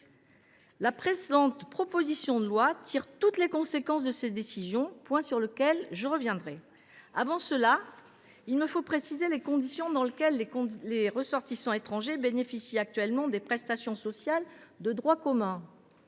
La présente proposition de loi tire toutes les conséquences de cette décision ; j’y reviendrai. Il me faut tout d’abord préciser les conditions dans lesquelles les ressortissants étrangers bénéficient actuellement des prestations sociales de droit commun.